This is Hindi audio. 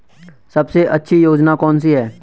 सबसे अच्छी योजना कोनसी है?